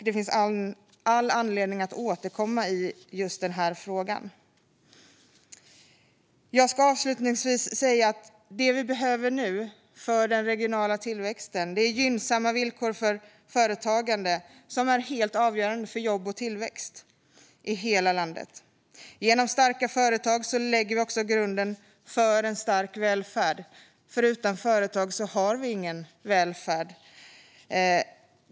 Det finns all anledning att återkomma till den frågan. Avslutningsvis vill jag säga att det den regionala tillväxten behöver nu är gynnsamma villkor för företagande, som är helt avgörande för jobb och tillväxt i hela landet. Genom starka företag lägger vi också grunden för en stark välfärd, för utan företag har vi ingen välfärd.